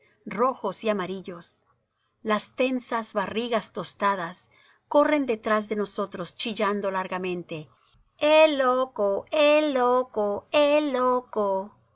rojos y amarillos las tensas barrigas tostadas corren detrás de nosotros chillando largamente el loco el loco el loco